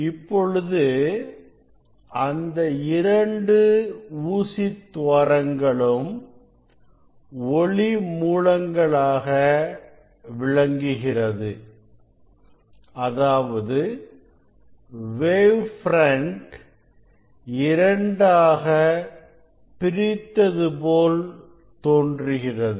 இப்பொழுது அந்த இரண்டு ஊசி துவாரங்களும் ஒளி மூலங்களாக விளங்குகிறது அதாவது வேவ் பிரண்ட் இரண்டாக பிரித்தது போல் தோன்றுகிறது